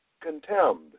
contemned